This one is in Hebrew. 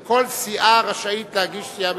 כל סיעה רשאית להגיש הצעה מטעמה.